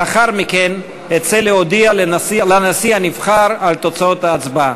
לאחר מכן אצא להודיע לנשיא הנבחר על תוצאות ההצבעה.